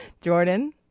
Jordan